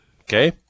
Okay